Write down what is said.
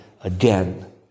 again